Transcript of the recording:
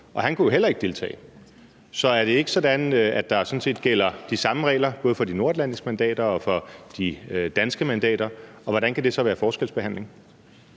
og han kunne jo heller ikke deltage. Så er det ikke sådan, at der sådan set gælder de samme regler både for de nordatlantiske mandater og for de danske mandater, og hvordan kan det så være forskelsbehandling?